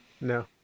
No